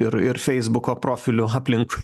ir ir feisbuko profilių aplinkui